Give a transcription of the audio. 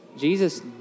Jesus